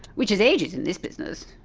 which is ages in this business.